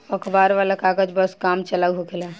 अखबार वाला कागज बस काम चलाऊ होखेला